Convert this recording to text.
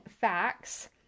facts